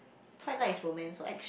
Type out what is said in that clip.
Twilight is romance what